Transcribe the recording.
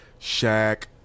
Shaq